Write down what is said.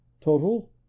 Total